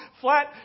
flat